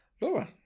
Laura